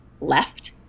left